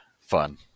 fun